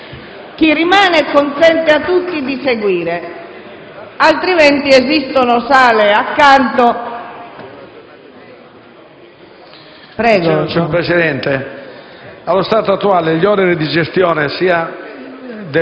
Chi rimane consenta a tutti di seguire. Altrimenti, esistono sale accanto. GRILLO